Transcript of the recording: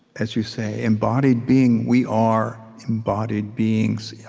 as you say, embodied being we are embodied beings, yeah